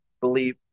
believe